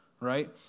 right